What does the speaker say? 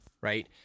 right